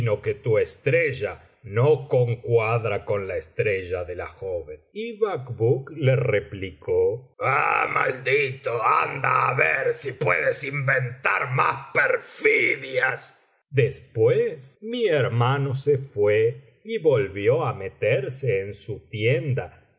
que tu estrella no concuadra con la estrella de la joven y bacbuk le replicó ah maldito anda á ver si puedes inventar más perfidias después mi hermano se fué y volvió á meterse en su tienda